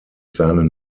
seinen